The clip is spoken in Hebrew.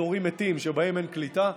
אזורים מתים שבהם אין קליטה.